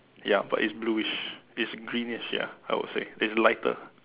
ya but it's bluish it's greenish ya I would say it's lighter